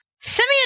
Simeon